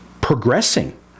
progressing